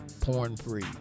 porn-free